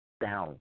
down